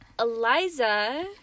Eliza